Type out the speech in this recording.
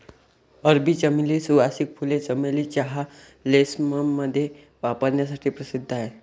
अरबी चमेली, सुवासिक फुले, चमेली चहा, लेसमध्ये वापरण्यासाठी प्रसिद्ध आहेत